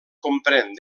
comprèn